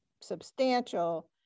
substantial